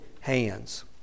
hands